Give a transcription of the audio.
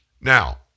Now